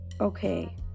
Okay